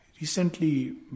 recently